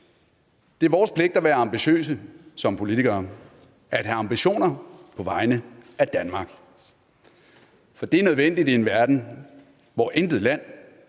Det er vores pligt som politikere at være ambitiøse, at have ambitioner på vegne af Danmark, og det er nødvendigt i en verden, hvor intet land,